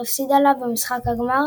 אך הפסידה לה במשחק הגמר